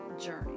journey